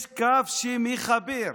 יש קו שמחבר.